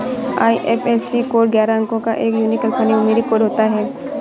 IFSC code ग्यारह अंको का एक यूनिक अल्फान्यूमैरिक कोड होता है